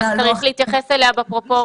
ורק צריך להתייחס אליה בפרופורציות.